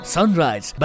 Sunrise